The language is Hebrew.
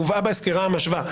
היא הובאה בסקירה המשווה,